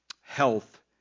health